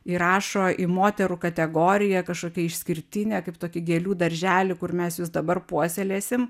įrašo į moterų kategoriją kažkokią išskirtinę kaip tokį gėlių darželį kur mes jus dabar puoselėsim